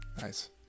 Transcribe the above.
Nice